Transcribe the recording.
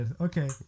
okay